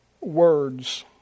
words